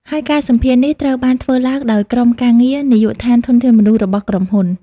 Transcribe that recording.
ហើយការសម្ភាសន៍នេះត្រូវបានធ្វើឡើងដោយក្រុមការងារ នាយកដ្ឋានធនធានមនុស្សរបស់ក្រុមហ៊ុន។